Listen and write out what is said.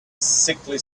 sickly